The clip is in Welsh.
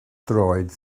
droed